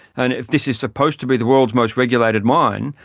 and if this is supposed to be the world's most regulated mine,